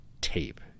tape